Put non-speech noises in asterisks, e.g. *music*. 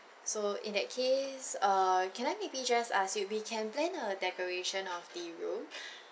so in that case err can I maybe just ask you we can plan a decoration of the room *breath*